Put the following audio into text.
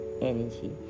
energy